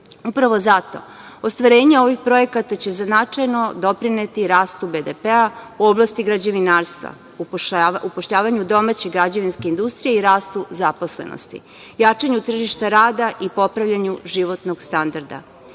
zato, ostvarenje ovih projekata će značajno doprineti rastu BDP-a u oblasti građevinarstva, upošljavanju domaće građevinske industrije i rastu zaposlenosti, jačanju tržišta rada i popravljanju životnog standarda. Izgrađene